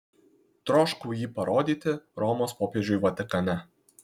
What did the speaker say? troškau jį parodyti romos popiežiui vatikane